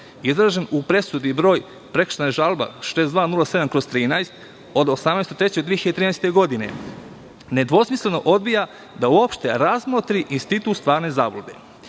izrečen u presudi broj – Prekršajna žalba 6207/13 od 18. 03. 2013. godine, nedvosmisleno odbija da uopšte razmotri institut stvarne zablude.